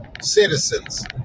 citizens